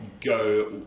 go